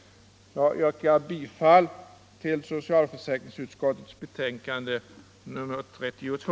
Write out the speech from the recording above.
Jag yrkar bifall till socialförsäkringsutskottets betänkande nr 32.